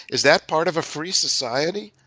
is that part of a free society?